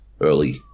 Early